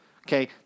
Okay